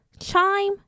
chime